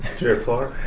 sheriff clark?